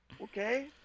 Okay